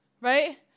Right